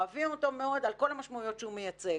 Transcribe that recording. אוהבים אותו מאוד, על כל המשמעויות שהוא מייצג.